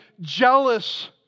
jealous